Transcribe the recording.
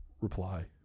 reply